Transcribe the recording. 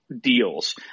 deals